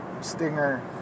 Stinger